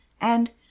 And